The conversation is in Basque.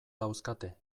dauzkate